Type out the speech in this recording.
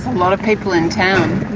lot of people in town.